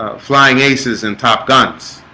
flying aces and top guns